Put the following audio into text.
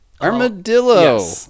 Armadillo